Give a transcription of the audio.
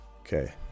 Okay